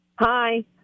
Hi